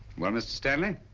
well, mr. stanley?